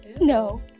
no